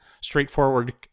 straightforward